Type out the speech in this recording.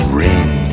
ring